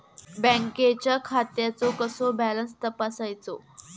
बँकेच्या खात्याचो कसो बॅलन्स तपासायचो?